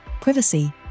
privacy